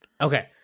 Okay